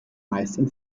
meistens